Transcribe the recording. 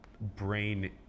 brain